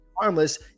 harmless